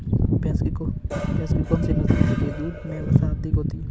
भैंस की कौनसी नस्ल के दूध में वसा अधिक होती है?